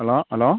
hello hello